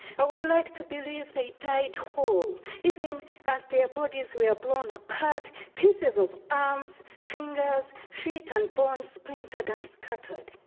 i would like to believe they died whole even as their bodies were blown apart, pieces of arms, fingers, feet and bones splintered and scattered.